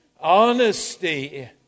Honesty